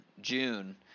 june